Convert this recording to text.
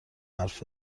حرف